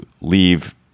leave